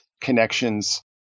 connections